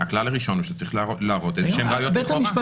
הכלל הראשון הוא שצריך להראות איזה שהן ראיות לכאורה.